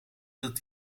dat